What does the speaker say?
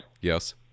yes